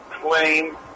claim